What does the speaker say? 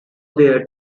there